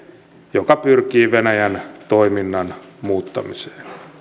joka pyrkii venäjän toiminnan muuttamiseen